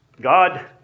God